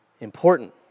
important